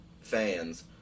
fans